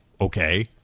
Okay